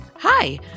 Hi